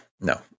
no